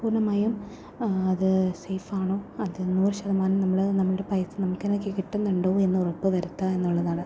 പൂർണ്ണമായും അത് സെയിഫാണോ അത് നൂറ് ശതമാനം നമ്മൾ നമ്മുടെ പൈസ നമുക്ക് തന്നെ കിട്ടുന്നുണ്ടോ എന്ന് ഉറപ്പ് വരുത്തുക എന്നുള്ളതാണ്